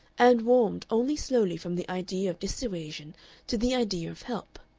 and warmed only slowly from the idea of dissuasion to the idea of help.